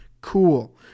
Cool